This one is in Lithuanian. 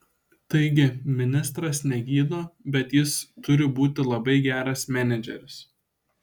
taigi ministras negydo bet jis turi būti labai geras menedžeris